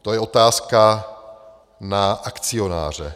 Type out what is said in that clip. To je otázka na akcionáře.